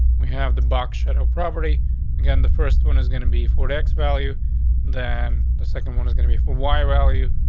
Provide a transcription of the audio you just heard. we have the box shadow property again. the first one is gonna be for x value than the second one is gonna be for wire al you.